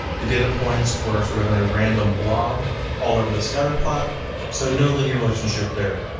the data points were sort of in a random blob all over the scatterplot so no linear relationship there.